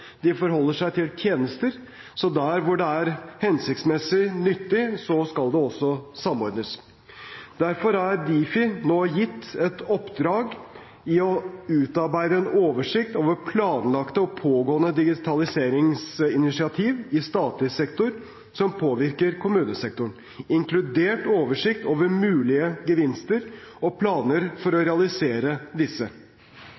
de forholder seg til tjenester, så der hvor det er hensiktsmessig og nyttig, skal det også samordnes. Derfor er Difi nå gitt i oppdrag å utarbeide en oversikt over planlagte og pågående digitaliseringsinitiativ i statlig sektor som påvirker kommunesektoren, inkludert oversikt over mulige gevinster og planer for å